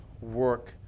work